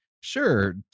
sure